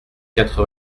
quatre